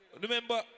Remember